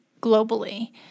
globally